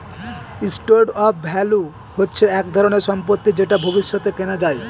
store of value হচ্ছে এক ধরনের সম্পত্তি যেটা ভবিষ্যতে কেনা যায়